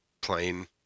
plain